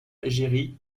égérie